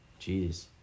Jeez